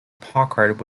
packard